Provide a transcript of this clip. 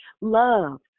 Love